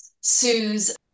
Sue's